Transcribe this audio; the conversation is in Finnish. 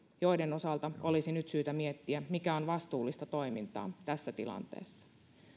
joiden osalta olisi nyt syytä miettiä mikä on vastuullista toimintaa tässä tilanteessa